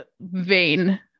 vain